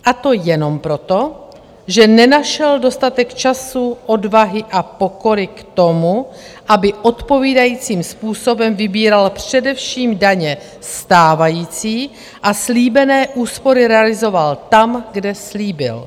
A to jenom proto, že nenašel dostatek času, odvahy a pokory k tomu, aby odpovídajícím způsobem vybíral především daně stávající a slíbené úspory realizoval tam, kde slíbil.